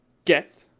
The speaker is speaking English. gets!